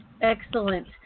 Excellent